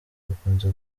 bikunze